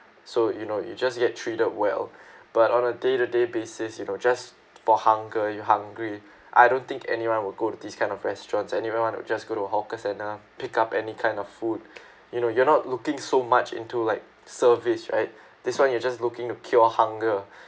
so you know you just get treated well but on a day-to-day basis you know just for hunger you hungry I don't think anyone would go to these kind of restaurants anyone will want to just go to a hawker center pick up any kind of food you know you're not looking so much into like service right this one you just looking to cure hunger